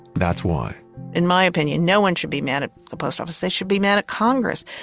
that's why in my opinion, no one should be mad at the post office. they should be mad at congress.